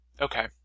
Okay